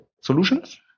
solutions